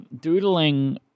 Doodling